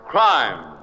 Crime